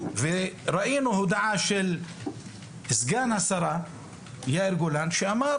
וראינו הודעה של סגן השרה יאיר גולן שאמר